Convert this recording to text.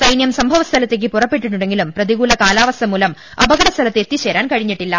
സൈന്യം സംഭവസ്ഥലത്തേക്ക് പുറപ്പെട്ടിട്ടുണ്ടെങ്കിലും പ്രതികൂല കാലാ വസ്ഥ മൂലം അപകടസ്ഥലത്ത് എത്താൻ കഴിഞ്ഞിട്ടില്ല